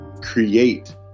create